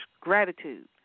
gratitude